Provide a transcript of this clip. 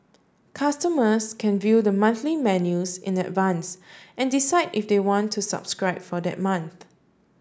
customers can view the monthly menus in advance and decide if they want to subscribe for that month